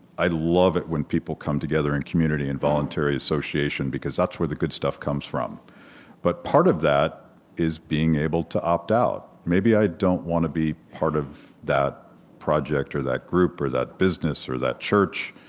i love it when people come together in community and voluntary association because that's where the good stuff comes from but part of that is being able to opt out. maybe i don't want to be part of that project or that group or that business or that church,